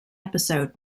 episode